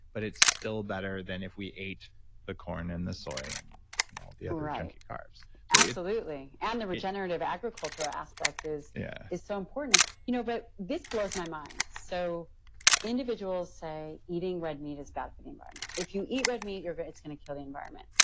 but it's still better than if we ate the corn and the soy and all the other ah junkie carbs absolutely. and the regenerative agriculture aspect is yeah is so important. you know but this blows my mind. so individuals say eating red meat is bad for the environment. if you eat red meat, but it's going to kill the environment.